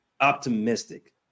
optimistic